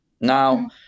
now